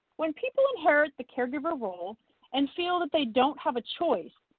when people inherit the caregiver role and feel that they don't have a choice,